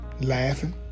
laughing